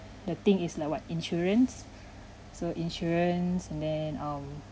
the thing is like what insurance so insurance and then um